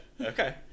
Okay